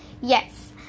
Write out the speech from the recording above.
yes